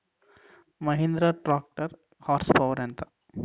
Mahindra tractor horsepower ఎంత?